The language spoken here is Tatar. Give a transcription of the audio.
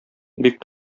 бик